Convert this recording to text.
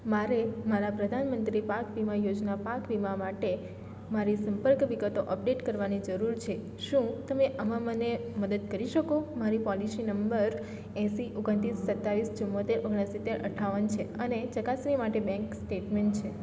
મારે મારા પ્રધાનમંત્રી પાક વીમા યોજના પાક વીમા માટે મારી સંપર્ક વિગતો અપડેટ કરવાની જરૂર છે શું તમે આમાં મને મદદ કરી શકો મારી પોલિશી નંબર એંશી ઓગણત્રીસ સત્તાવીસ ચુંમોતેર ઓગણસિત્તેર અઠ્ઠાવન છે અને ચકાસણી માટે બેંક સ્ટેટમેન્ટ છે